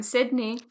Sydney